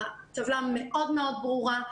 הטבלה מאוד ברורה,